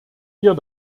wir